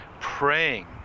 praying